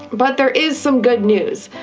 but there is some good news!